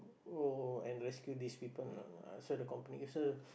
oh and rescue these people lah lah Sir the company Sir